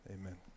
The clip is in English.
Amen